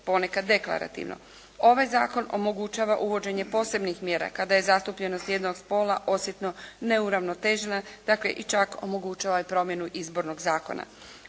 ponekad deklarativno. Ovaj zakon omogućava uvođenje posebnih mjera kada je zastupljenost jednog od spola osjetno neuravnotežena, dakle i čak omogućava i promjenu Izbornog zakona.